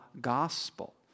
gospel